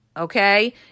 Okay